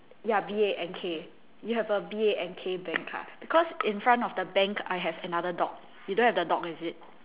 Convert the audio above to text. ya B A N K you have a B A N K bank ah because in front of the bank I have another dog you don't have the dog is it